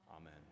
Amen